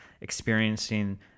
experiencing